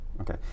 Okay